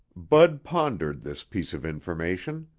bud pondered this piece of information.